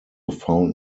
found